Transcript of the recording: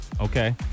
Okay